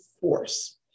force